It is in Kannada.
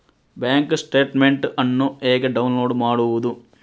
ಬ್ಯಾಂಕ್ ಸ್ಟೇಟ್ಮೆಂಟ್ ಅನ್ನು ಹೇಗೆ ಡೌನ್ಲೋಡ್ ಮಾಡುವುದು?